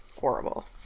horrible